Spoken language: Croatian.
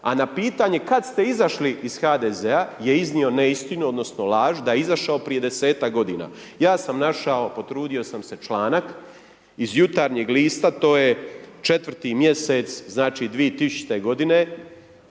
a na pitanje kad ste izašli iz HDZ-a je iznio neistinu odnosno laž, da je izašao prije 10-tak godina. Ja sam našao potrudio sam se članak iz Jutarnjeg lista, to je 4 mjesec znači 2000. godine,